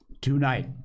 tonight